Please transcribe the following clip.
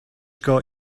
got